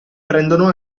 prendono